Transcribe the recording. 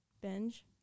Binge